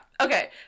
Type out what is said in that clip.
Okay